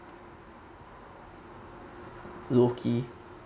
low key